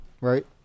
Right